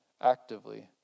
actively